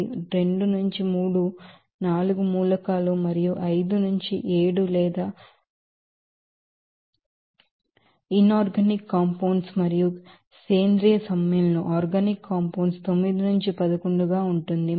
ఇది 2 నుంచి 3 4 మూలకాలు మరియు 5 నుంచి 7 లేదా ఇనార్గానిక్ కంపౌండ్స్ మరియు ఆర్గానిక్ కంపౌండ్స్ కు 9 నుంచి 11 గా ఉంటుంది